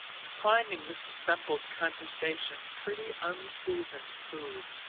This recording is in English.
i'm finding mrs. semple's conversation pretty unseasoned food.